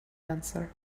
answer